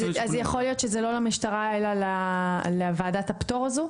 אז יכול להיות שזה לא למשטרה אלא לוועדת הפטור הזאת?